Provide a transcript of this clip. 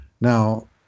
Now